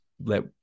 let